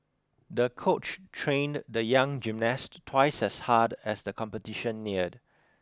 the coach trained the young gymnast twice as hard as the competition neared